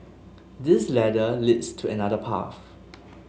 this ladder leads to another path